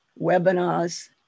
webinars